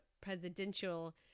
presidential